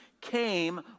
came